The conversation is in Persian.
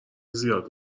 زیاد